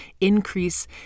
increase